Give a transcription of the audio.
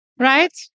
right